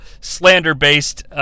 slander-based